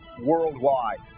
worldwide